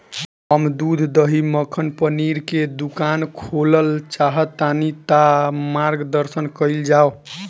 हम दूध दही मक्खन पनीर के दुकान खोलल चाहतानी ता मार्गदर्शन कइल जाव?